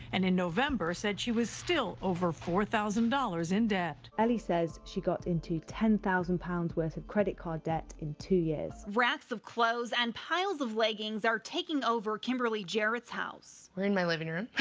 and in november said she was still over four thousand dollars in debt. reporter allie says she got into ten thousand pounds worth of credit card debt in two years. racks of clothes and piles of leggings are taking over kimberly jarrett's house. we're in my living room.